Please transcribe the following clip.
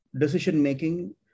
decision-making